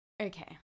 Okay